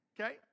Okay